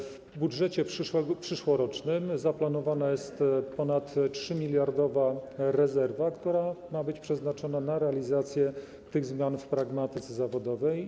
W budżecie przyszłorocznym zaplanowana jest przeszło 3-miliardowa rezerwa, która ma być przeznaczona na realizację tych zmian w pragmatyce zawodowej.